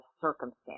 circumstance